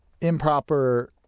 improper